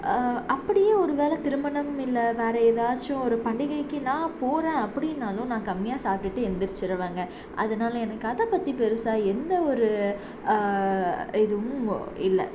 அப்படியே ஒரு வேலை திருமணம் இல்லை வேற எதாச்சும் ஒரு பண்டிகைக்கு நான் போகிறேன் அப்படினாலும் நான் கம்மியா சாப்பிடுட்டு எழுந்திரிச்சுருவேங்க அதனால எனக்கு அதை பற்றி பெருசாக எந்த ஒரு இதுவும் இல்லை